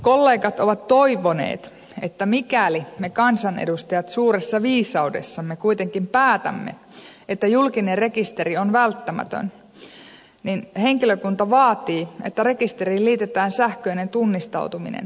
kollegat ovat toivoneet että mikäli me kansanedustajat suuressa viisaudessamme kuitenkin päätämme että julkinen rekisteri on välttämätön niin henkilökunta vaatii että rekisteriin liitetään sähköinen tunnistautuminen